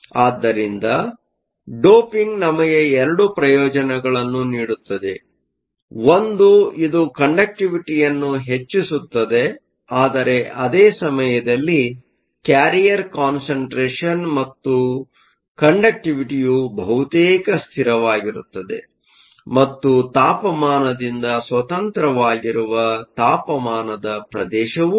ಆದ್ದರಿಂದ ಡೋಪಿಂಗ್ ನಮಗೆ 2 ಪ್ರಯೋಜನಗಳನ್ನು ನೀಡುತ್ತದೆ ಒಂದು ಇದು ಕಂಡಕ್ಟಿವಿಟಿಯನ್ನು ಹೆಚ್ಚಿಸುತ್ತದೆ ಆದರೆ ಅದೇ ಸಮಯದಲ್ಲಿ ಕ್ಯಾರಿಯರ್ ಕಾನ್ಸಂಟ್ರೇಷನ್Carrier concentration ಮತ್ತು ಆದ್ದರಿಂದ ಕಂಡಕ್ಟಿವಿಟಿಯು ಬಹುತೇಕ ಸ್ಥಿರವಾಗಿರುತ್ತದೆ ಮತ್ತು ತಾಪಮಾನದಿಂದ ಸ್ವತಂತ್ರವಾಗಿರುವ ತಾಪಮಾನದ ಪ್ರದೇಶವೂ ಇದೆ